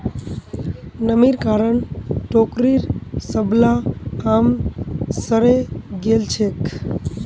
नमीर कारण टोकरीर सबला आम सड़े गेल छेक